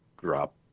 drop